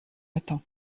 matin